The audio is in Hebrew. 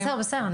אוקי, בסדר.